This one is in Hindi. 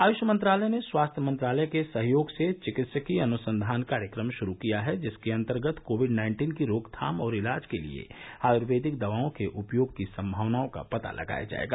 आयुष मंत्रालय ने स्वास्थ्य मंत्रालय के सहयोग से चिकित्सीय अनुसंघान कार्यक्रम शुरू किया है जिसके अंतर्गत कोविड नाइन्टीन की रोकथाम और इलाज के लिए आयुर्वेदिक दवाओं के उपयोग की संमावनाओं का पता लगाया जाएगा